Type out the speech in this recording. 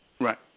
Right